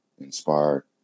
inspired